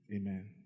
Amen